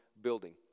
building